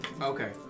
Okay